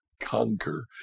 conquer